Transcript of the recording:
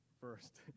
first